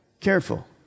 Careful